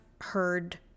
heard